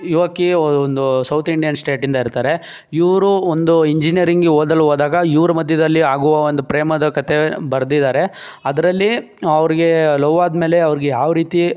ಯುವಕಿ ಒಂದು south Indian ಸ್ಟೇಟಿಂದ ಇರ್ತಾರೆ ಇವರು ಒಂದು ಇಂಜಿನಿಯರಿಂಗ್ಗೆ ಓದಲು ಹೋದಾಗ ಇವ್ರ ಮಧ್ಯದಲ್ಲಿ ಆಗುವ ಒಂದು ಪ್ರೇಮದ ಕತೆ ಬರೆದಿದ್ದಾರೆ ಅದರಲ್ಲಿ ಅವ್ರಿಗೆ ಲವ್ ಆದ ಮೇಲೆ ಅವ್ರಿಗೆ ಯಾವ ರೀತಿ